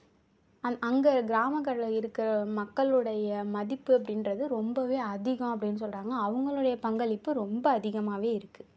அங்கே கிராமங்களில் இருக்கிற மக்களுடைய மதிப்பு அப்படின்றது ரொம்ப அதிகம் அப்படினு சொல்கிறாங்க அவங்களுடைய பங்களிப்பு ரொம்ப அதிகமாக இருக்கு